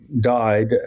died